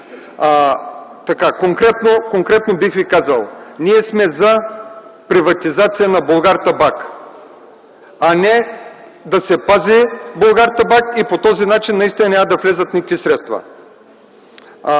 Конкретно бих ви казал – ние сме „за” приватизация на „Булгартабак”, а не да се пази „Булгартабак” и по този начин наистина няма да влязат никакви средства.